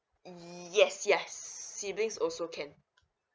yes yes siblings also can